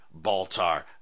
baltar